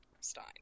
stein